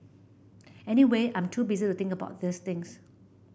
anyway I'm too busy to think about these things